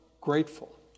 grateful